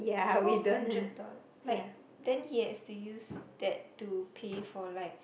four hundred dollar like then he has to use that to pay for like